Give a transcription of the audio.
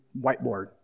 whiteboard